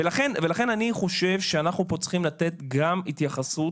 ולכן אני חושב שאנחנו פה צריכים לתת גם התייחסות